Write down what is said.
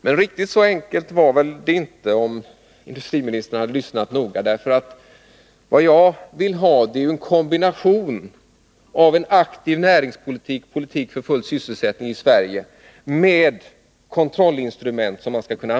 Men riktigt så enkelt var det väl inte, om industriministern hade lyssnat noga. Vad jag vill ha är en kombination äv en aktiv näringspolitik, inriktad på full sysselsättning i Sverige, och användning av kontrollinstrument.